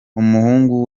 umuhungu